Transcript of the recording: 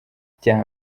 bya